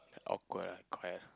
awkward ah quite ah